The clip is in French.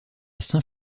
saint